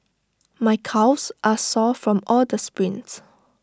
my calves are sore from all the sprints